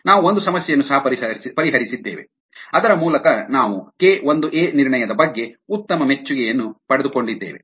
ನಾವು ಒಂದು ಸಮಸ್ಯೆಯನ್ನು ಸಹ ಪರಿಹರಿಸಿದ್ದೇವೆ ಅದರ ಮೂಲಕ ನಾವು ಕೆ 1 ಎ ನಿರ್ಣಯದ ಬಗ್ಗೆ ಉತ್ತಮ ಮೆಚ್ಚುಗೆಯನ್ನು ಪಡೆದುಕೊಂಡಿದ್ದೇವೆ